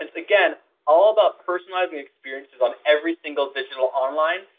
and again, all about personalizing experiences on every single digital online,